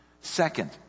Second